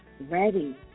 Ready